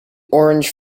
orange